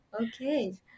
Okay